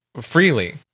freely